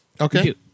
Okay